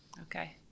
Okay